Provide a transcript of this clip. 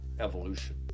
Evolution